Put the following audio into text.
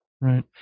Right